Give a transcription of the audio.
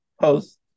post